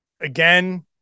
again